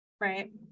Right